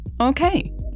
Okay